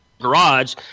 garage